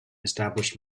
established